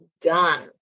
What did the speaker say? done